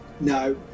No